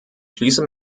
schließe